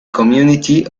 community